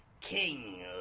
King